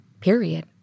period